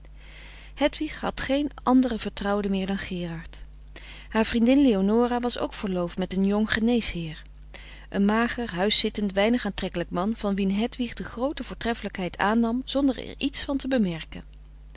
hedwig had geen andere vertrouwde meer dan gerard haar vriendin leonora was ook verloofd met een jong geneesheer een mager huiszittend weinig aantrekkelijk man van wien hedwig de groote voortreffelijkheid aannam zonder er iets van te bemerken